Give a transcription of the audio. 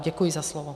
Děkuji za slovo.